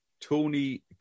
Tony